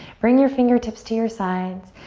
bring your fingertips to your sides,